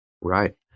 Right